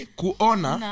kuona